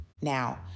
Now